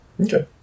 Okay